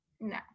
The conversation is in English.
No